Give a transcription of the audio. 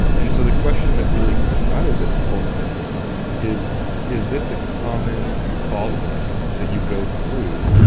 and so the question that really comes out of this ultimately is is this a common bottleneck that you go through,